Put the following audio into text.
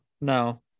No